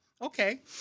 Okay